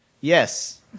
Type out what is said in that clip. Yes